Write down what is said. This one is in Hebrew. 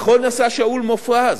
נכון עשה שאול מופז,